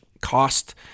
cost